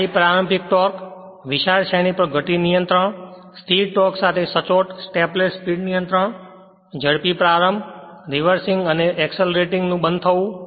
high પ્રારંભિક torque વિશાળ શ્રેણી પર ગતિ નિયંત્રણ સ્થિર ટોર્ક સાથે સચોટ સ્ટેપલેસ સ્પીડ નિયંત્રણ ઝડપી પ્રારંભરીવાર્સિંગ અને અકસેલરેટિંગ નું બંધ થવું